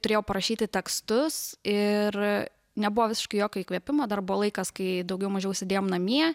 turėjau parašyti tekstus ir nebuvo visiškai jokio įkvėpimo dar buvo laikas kai daugiau mažiau sėdėjom namie